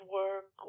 work